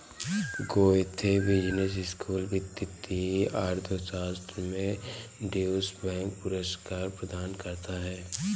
Goethe business school वित्तीय अर्थशास्त्र में ड्यूश बैंक पुरस्कार प्रदान करता है